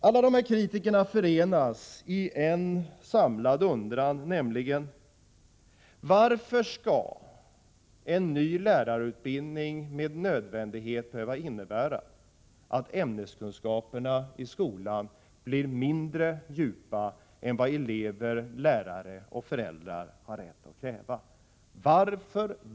Alla dessa kritiker förenas i en samlad undran: Varför skall en ny lärarutbildning med nödvändighet behöva innebära att ämneskunskaperna i skolan blir mindre djupa än vad elever, lärare och föräldrar har rätt att kräva?